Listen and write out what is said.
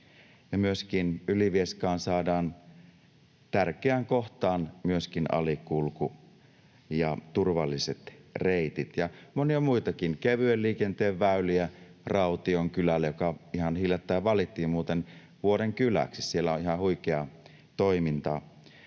saadaan Ylivieskaan tärkeään kohtaan alikulku ja turvalliset reitit ja monia muitakin: kevyen liikenteen väyliä Raution kylälle, joka ihan hiljattain valittiin muuten vuoden kyläksi. Siellä on ihan huikeaa toimintaa.